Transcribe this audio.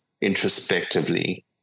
introspectively